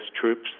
troops